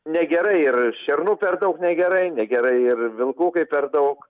negerai ir šernų per daug negerai negerai ir vilkų kai per daug